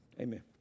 Amen